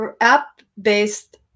app-based